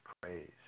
praise